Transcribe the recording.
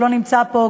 שלא נמצא פה,